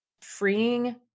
freeing